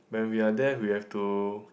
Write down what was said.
when we are there we have to